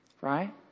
Right